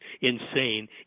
insane